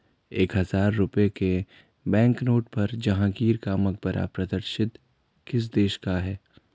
एक हजार रुपये के बैंकनोट पर जहांगीर का मकबरा प्रदर्शित किस देश का है?